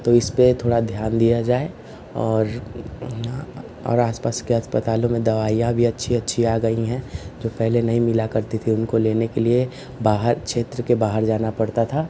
तो इस पर थोड़ा ध्यान दिया जाए और और आस पास के अस्पतालों में दवाइयाँ भी अच्छी अच्छी आ गई हैं जो पहले नही मिला करती थी उनको लेने के लिए बाहर क्षेत्र के बाहर जाना पड़ता था